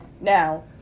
Now